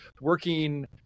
working